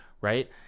right